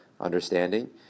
understanding